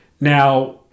Now